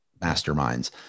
masterminds